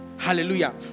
Hallelujah